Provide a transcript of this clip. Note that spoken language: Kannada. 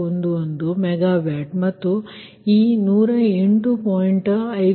11 ಮೆಗಾವ್ಯಾಟ್ ಮತ್ತು ಈ 108